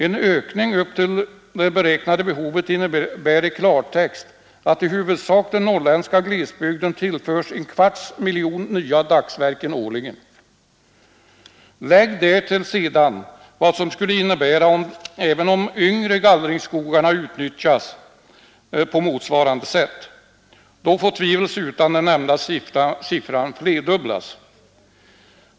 En ökning upp till det beräknade behovet innebär i klartext att i huvudsak den norrländska glesbygden tillförs en kvarts miljon nya dagsverken årligen. Lägg därtill sedan vad det skulle innebära om även de yngre gallringsskogarna utnyttjas på motsvarande sätt. Då får tvivelsutan den nämnda siffran flerdubblas.